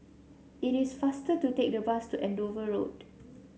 it is faster to take the bus to Andover Road